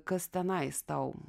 kas tenai tau